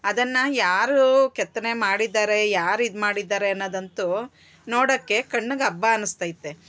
ಅದನ್ನು ಯಾರು ಕೆತ್ತನೆ ಮಾಡಿದ್ದಾರೆ ಯಾರು ಇದು ಮಾಡಿದ್ದಾರೆ ಅನ್ನೋದಂತು ನೋಡೋಕೆ ಕಣ್ಣಿಗ್ ಹಬ್ಬ ಅನಿಸ್ತೈತೆ